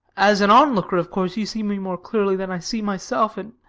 as an onlooker, of course you see me more clearly than i see myself, and